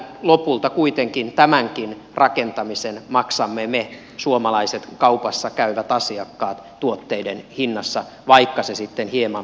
lopulta kuitenkin tämänkin rakentamisen maksamme me suomalaiset kaupassa käyvät asiakkaat tuotteiden hinnassa vaikka se sitten hieman meidän jätelaskua pienentäisikin